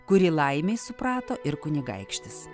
kurį laimei suprato ir kunigaikštis